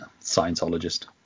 Scientologist